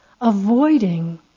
Avoiding